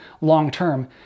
long-term